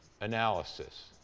analysis